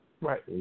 Right